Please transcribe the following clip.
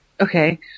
Okay